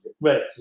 Right